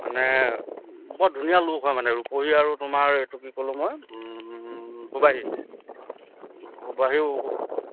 মানে বৰ ধুনীয়া লোক হয় মানে ৰূপহী আৰু তোমাৰ এইটো কি ক'লোঁ মই সুবাহি সুবাহিও